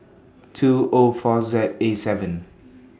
two O four Z A seven